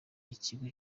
ikigo